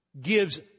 gives